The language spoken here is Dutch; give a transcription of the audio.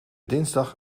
dinsdag